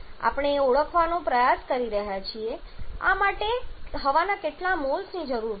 આપણે એ ઓળખવાનો પ્રયાસ કરી રહ્યા છીએ કે આ માટે હવાના કેટલા મોલ્સની જરૂર પડશે